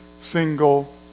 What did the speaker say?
single